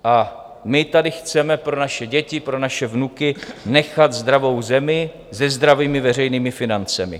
A my tady chceme pro naše děti, pro naše vnuky nechat zdravou zemi se zdravými veřejnými financemi.